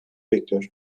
bekliyor